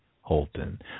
Holton